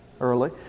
early